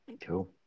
Cool